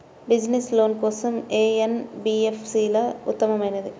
Business loan కోసం ఏ NBFC ఉత్తమమైనది?